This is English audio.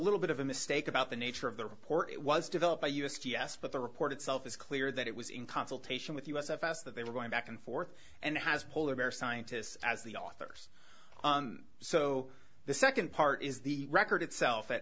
little bit of a mistake about the nature of the report it was developed by u s g s but the report itself is clear that it was in consultation with us fs that they were going back and forth and has polar bear scientists as the authors so the second part is the record itself